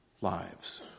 lives